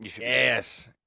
yes